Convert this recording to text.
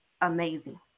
amazing